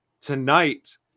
Tonight